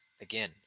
again